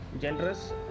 generous